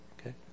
Okay